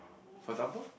for example